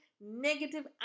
negative